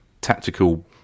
tactical